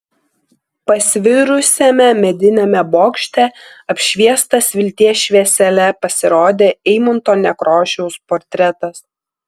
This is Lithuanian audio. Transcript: pasvirusiame mediniame bokšte apšviestas vilties šviesele pasirodė eimunto nekrošiaus portretas